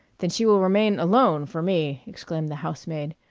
then she will remain alone, for me, exclaimed the housemaid,